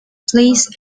please